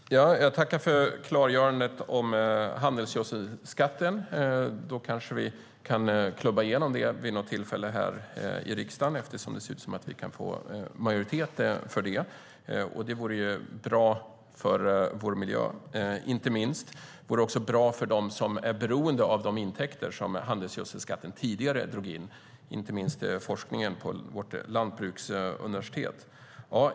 Herr talman! Jag tackar för klargörandet om handelsgödselskatten. Vi kanske kan klubba igenom det vid något tillfälle här i riksdagen eftersom det ser ut som om vi kan få majoritet för detta. Det vore bra, inte minst för vår miljö. Det vore också bra för dem som är beroende av de intäkter som handelsgödselskatten tidigare drog in, inte minst forskningen på vårt lantbruksuniversitet.